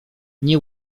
nie